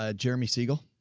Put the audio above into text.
ah jeremy siegel.